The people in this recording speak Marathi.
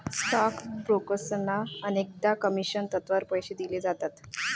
स्टॉक ब्रोकर्सना अनेकदा कमिशन तत्त्वावर पैसे दिले जातात